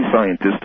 scientists